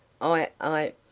I—I—